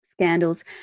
scandals